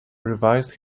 revised